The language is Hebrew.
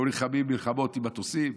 היום נלחמים מלחמות עם מטוסים,